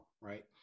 right